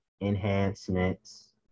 enhancements